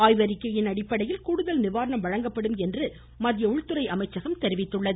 ஆய்வறிக்கையின் அடிப்படையில் கூடுதல் நிவாரணம் வழங்கப்படும் என்று மத்திய உள்துறை அமைச்சகம் தெரிவித்துள்ளது